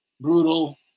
brutal